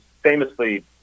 famously